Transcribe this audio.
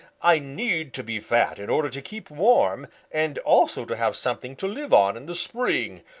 i need to be fat in order to keep warm and also to have something to live on in the spring,